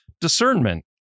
discernment